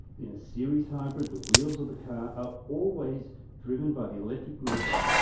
in a series hybrid, the wheels of the car are always driven by the electric motor,